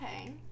Okay